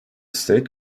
state